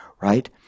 right